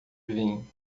vinho